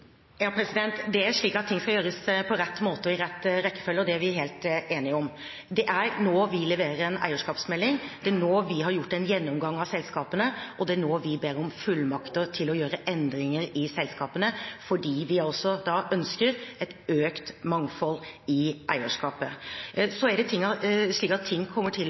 Det er slik at ting skal gjøres på rett måte og i rett rekkefølge, det er vi helt enige om. Det er nå vi leverer en eierskapsmelding, det er nå vi har gjort en gjennomgang av selskapene, og det er nå vi ber om fullmakter til å gjøre endringer i selskapene, fordi vi altså ønsker økt mangfold i eierskapet. Så er det slik at ting kommer til